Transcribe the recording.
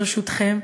ברשותכם,